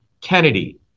Kennedy